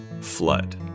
Flood